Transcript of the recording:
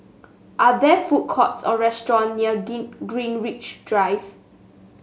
are there food courts or restaurants near Greenwich Drive